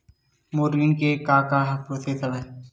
मोर ऋण के का का प्रोसेस हवय?